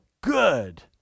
good